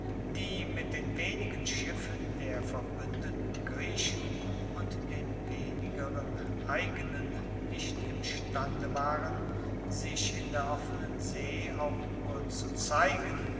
die mit den wenigen schiffen der verbuendeten griechen und den wenigeren eigenen nicht imstande waren sich in der offenen see auch nur zu zeigen